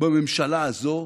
בממשלה הזאת,